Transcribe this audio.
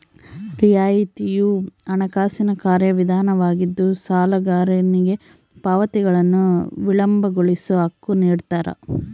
ರಿಯಾಯಿತಿಯು ಹಣಕಾಸಿನ ಕಾರ್ಯವಿಧಾನವಾಗಿದ್ದು ಸಾಲಗಾರನಿಗೆ ಪಾವತಿಗಳನ್ನು ವಿಳಂಬಗೊಳಿಸೋ ಹಕ್ಕು ನಿಡ್ತಾರ